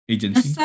Agency